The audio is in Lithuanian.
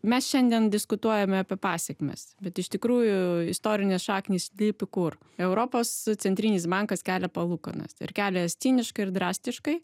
mes šiandien diskutuojame apie pasekmes bet iš tikrųjų istorinės šaknys slypi kur europos centrinis bankas kelia palūkanas ir kelia jas ciniškai ir drastiškai